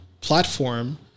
platform